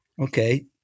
Okay